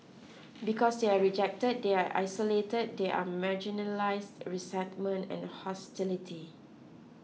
because they are rejected they are isolated they are marginalize resentment and hostility